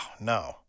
no